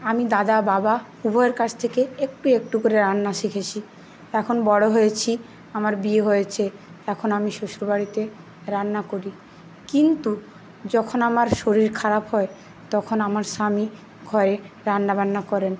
আমি দাদা বাবা উভয়ের কাছ থেকে একটু একটু করে রান্না শিখেছি এখন বড়ো হয়েছি আমার বিয়ে হয়েছে এখন আমি শ্বশুর বাড়িতে রান্না করি কিন্তু যখন আমার শরীর খারাপ হয় তখন আমার স্বামী ঘরে রান্নাবান্না করেন